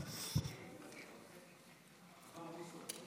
החכם בוסו.